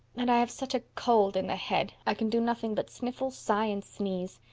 and i have such a cold in the head i can do nothing but sniffle, sigh and sneeze.